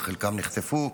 חלקם נחטפו,